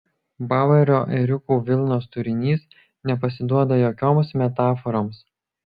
bauerio ėriukų vilnos turinys nepasiduoda jokioms metaforoms